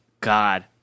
god